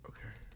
Okay